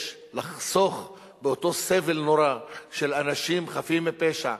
יש לחסוך באותו סבל נורא של אנשים חפים מפשע,